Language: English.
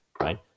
right